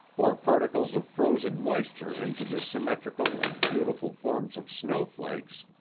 or particles of frozen moisture into the symmetrical and beautiful forms of snowflakes,